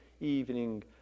evening